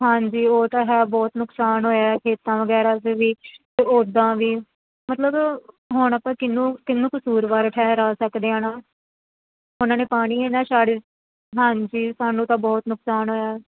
ਹਾਂਜੀ ਉਹ ਤਾਂ ਹੈ ਬਹੁਤ ਨੁਕਸਾਨ ਹੋਇਆ ਖੇਤਾਂ ਵਗੈਰਾ ਦੇ ਵੀ ਅਤੇ ਓਦਾਂ ਵੀ ਮਤਲਬ ਹੁਣ ਆਪਾਂ ਕਿਹਨੂੰ ਕਿਹਨੂੰ ਕਸੂਰਵਾਰ ਠਹਿਰਾ ਸਕਦੇ ਹਾਂ ਨਾ ਉਹਨਾਂ ਨੇ ਪਾਣੀ ਇੰਨਾ ਛੱਡ ਹਾਂਜੀ ਸਾਨੂੰ ਤਾਂ ਬਹੁਤ ਨੁਕਸਾਨ ਹੋਇਆ